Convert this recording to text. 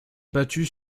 battu